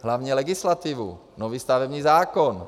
Hlavně legislativu, nový stavební zákon.